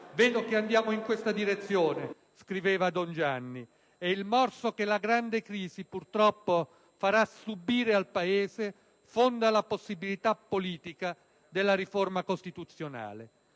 «Vedo che andiamo in questa direzione», scriveva don Gianni, «e il morso che la grande crisi purtroppo farà subire al Paese fonda la possibilità politica» della riforma costituzionale.